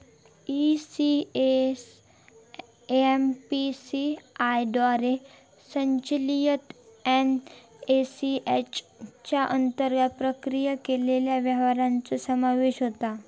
ECS NPCI द्वारे संचलित NACH च्या अंतर्गत प्रक्रिया केलेल्या व्यवहारांचो समावेश होता